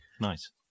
nice